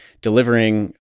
delivering